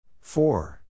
four